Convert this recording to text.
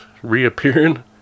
Reappearing